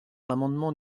l’amendement